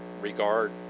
regard